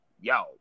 yo